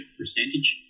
percentage